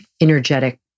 energetic